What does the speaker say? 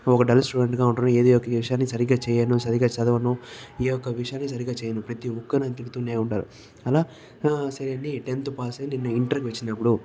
ఒక డల్ స్టూడెంట్గా ఉంటాను ఏది ఒక విషయాన్ని సరిగ్గా చేయను సరిగ్గా చదవను ఏ ఒక విషయాన్ని సరిగ్గా చేయను ప్రతి ఒక్కరు నన్ను తిడుతూనే ఉంటారు అలా సరే అని టెన్త్ పాస్ అయ్యి నేను ఇంటర్కు వచ్చినప్పుడు